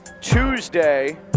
Tuesday